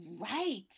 Right